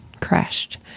crashed